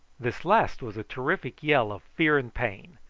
this last was a terrific yell of fear and pain,